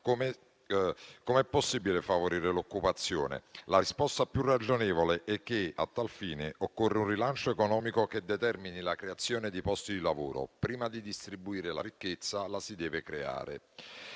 come è possibile favorire l'occupazione? La risposta più ragionevole è che, a tal fine, occorre un rilancio economico che determini la creazione di posti di lavoro; prima di distribuire la ricchezza la si deve creare.